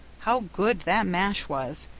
how good that mash was!